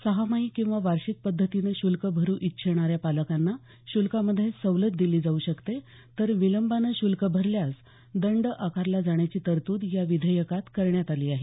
सहामाही किंवा वार्षिक पद्धतीनं शुल्क भरू इच्छिणाऱ्या पालकांना श्ल्कामध्ये सवलत दिली जाऊ शकते तर विलंबानं श्ल्क भरल्यास दंड आकारला जाण्याची तरतूद या विधेयकात करण्यात आली आहे